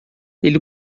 ele